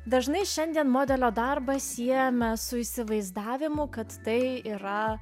dažnai šiandien modelio darbą siejame su įsivaizdavimu kad tai yra